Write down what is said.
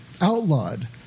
outlawed